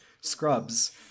Scrubs